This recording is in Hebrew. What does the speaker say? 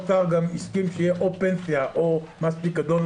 והסכים שיהיה או פנסיה או מס פיקדון,